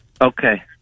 Okay